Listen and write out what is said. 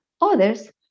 Others